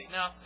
Now